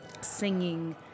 singing